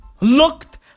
Looked